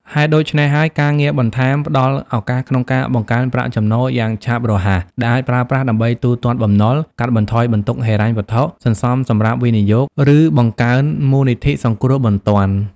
ហេតុដូច្នេះហើយ ការងារបន្ថែមផ្តល់ឱកាសក្នុងការបង្កើនប្រាក់ចំណូលយ៉ាងឆាប់រហ័សដែលអាចប្រើប្រាស់ដើម្បីទូទាត់បំណុល កាត់បន្ថយបន្ទុកហិរញ្ញវត្ថុ សន្សំសម្រាប់វិនិយោគ ឬបង្កើនមូលនិធិសង្គ្រោះបន្ទាន់។